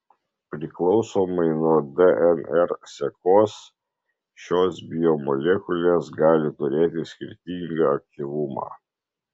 priklausomai nuo dnr sekos šios biomolekulės gali turėti skirtingą aktyvumą